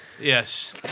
Yes